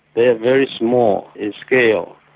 they are very small in scale.